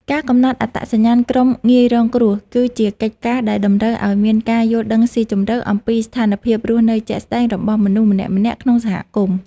ការកំណត់អត្តសញ្ញាណក្រុមងាយរងគ្រោះ គឺជាកិច្ចការដែលតម្រូវឱ្យមានការយល់ដឹងស៊ីជម្រៅអំពីស្ថានភាពរស់នៅជាក់ស្តែងរបស់មនុស្សម្នាក់ៗក្នុងសហគមន៍។